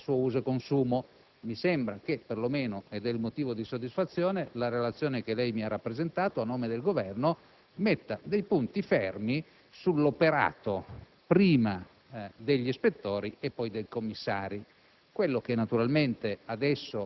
come molte volte succede, interpreta a suo uso e consumo. Mi sembra che perlomeno ‑ ed è motivo di soddisfazione ‑ la relazione che lei mi ha rappresentato, a nome del Governo, metta dei punti fermi sull'operato prima degli ispettori e poi dei commissari.